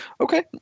Okay